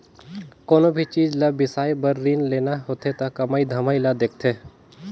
कोनो भी चीच ल बिसाए बर रीन लेना होथे त कमई धमई ल देखथें